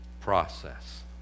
process